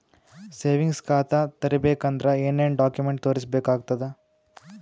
Savings ಖಾತಾ ತೇರಿಬೇಕಂದರ ಏನ್ ಏನ್ಡಾ ಕೊಮೆಂಟ ತೋರಿಸ ಬೇಕಾತದ?